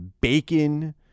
bacon